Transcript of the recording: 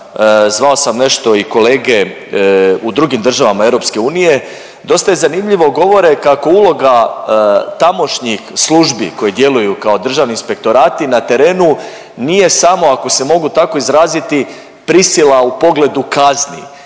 Zvao sam nešto i kolege u drugim državama EU, dosta je zanimljivo, govore kako uloga tamošnjih službi koji djeluju kao Državni inspektorati na terenu nije samo ako se mogu tako izraziti prisjela u pogledu kazni,